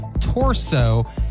torso